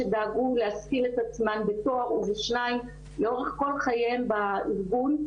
נשים שדאגו להשכיל את עצמן בתואר ובשניים לאורך כל חייהן בארגון,